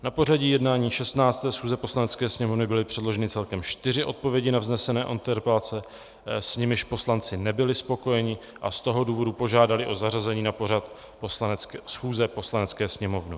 Na pořad jednání 16. schůze Poslanecké sněmovny byly předloženy celkem čtyři odpovědi na vznesené interpelace, s nimiž poslanci nebyli spokojeni, a z toho důvodu požádali o zařazení na pořad schůze Poslanecké sněmovny.